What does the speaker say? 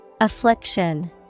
affliction